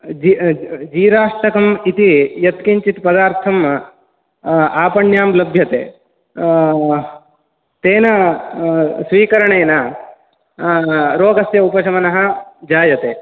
जी जीराष्टकम् इति यत्किञ्चित् पदार्थम् आपण्यां लभ्यते तेन स्वीकरणेन रोगस्य उपशमनः जायते